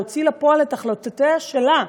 להוציא לפועל את החלטותיה שלה.